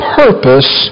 purpose